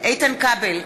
איתן כבל,